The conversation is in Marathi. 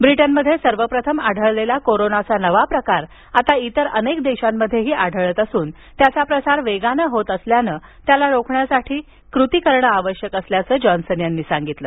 ब्रिटनमध्ये सर्वप्रथम आढळलेला कोरोनाचा नवा प्रकार आता इतर अनेक देशांमध्येही आढळत असून त्याचा प्रसार वेगानं होत असल्यानं त्याला रोखण्यासाठी कृती करणं आवश्यक असल्याचं जॉन्सन म्हणाले